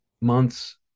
months